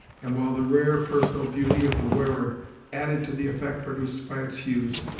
and while the rare personal beauty of the wearer added to the effect produced by its hues,